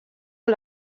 amb